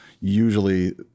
usually